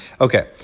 okay